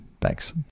Thanks